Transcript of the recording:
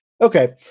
Okay